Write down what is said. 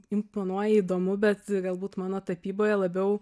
imponuoja įdomu bet galbūt mano tapyboje labiau